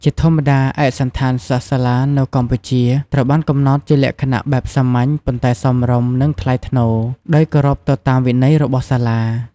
ជាធម្មតា ឯកសណ្ឋានសិស្សសាលានៅកម្ពុជាត្រូវបានកំណត់ជាលក្ខណៈបែបសាមញ្ញ ប៉ុន្តែសមរម្យ និងថ្លៃថ្នូរ ដោយគោរពទៅតាមវិន័យរបស់សាលា។